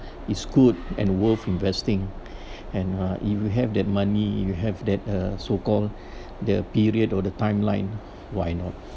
it's good and worth investing and uh if you have that money if you have that uh so call the period or the timeline why not